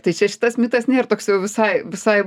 tai čia šitas mitas nėra toks jau visai visai